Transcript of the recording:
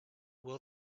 will